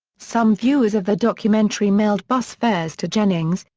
some viewers of the documentary mailed bus fares to jennings,